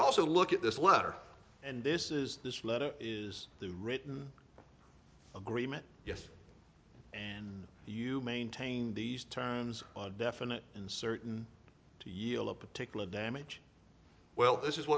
you also look at this letter and this is this letter is the written agreement yes and you maintain these terms on definite and certain to yield a particular damage well this is